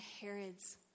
Herod's